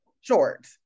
short